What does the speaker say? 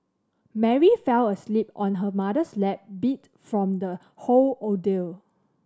Mary fell asleep on her mother's lap beat from the whole ordeal